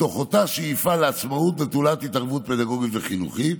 מתוך אותה שאיפה לעצמאות נטולת התערבות פדגוגית וחינוכית.